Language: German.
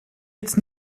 jetzt